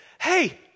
Hey